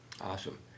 Awesome